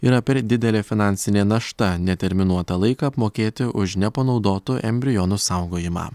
yra per didelė finansinė našta neterminuotą laiką apmokėti už nepanaudotų embrionų saugojimą